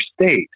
state